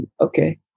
Okay